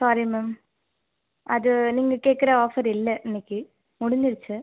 sorry ma'am அது நீங்கள் கேட்குற ஆஃபர் இல்லை இன்னைக்கி முடிஞ்சிருச்சு